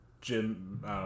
jim